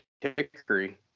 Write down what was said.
hickory